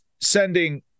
sending